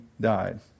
died